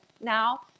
now